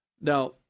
Now